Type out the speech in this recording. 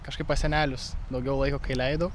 kažkaip pas senelius daugiau laiko kai leidau